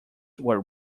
were